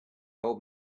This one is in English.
old